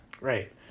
Right